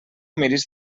miris